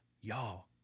y'all